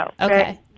Okay